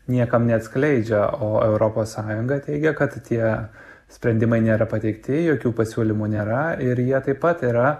niekam neatskleidžia o europos sąjunga teigia kad tie sprendimai nėra pateikti jokių pasiūlymų nėra ir jie taip pat yra